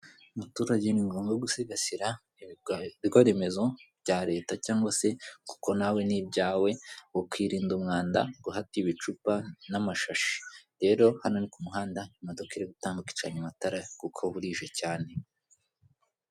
Umuturage ni ngombwa yo gusigasira ibikorwa remezo bya leta, cyangwa se kuko nawe ni ibyawe ukirinda umwanda, uhata ibicupa n'amashashi. Rero hano ni ku muhanda imodoka iri gutambuka icanye amatara kuko burije cyane.